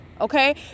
okay